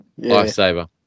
Lifesaver